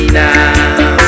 now